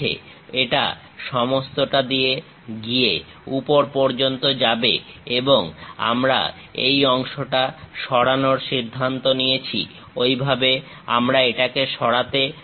এটা সমস্তটা দিয়ে গিয়ে উপর পর্যন্ত যাবে যেহেতু আমরা এই অংশটা সরানোর সিদ্ধান্ত নিয়েছি ঐভাবে আমরা এটাকে সরাতে চাই